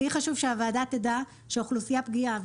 לי חשוב שהוועדה תדע שהאוכלוסייה הפגיעה,